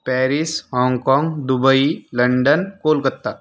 Paris हाँगकाँग Dubai London Kolkata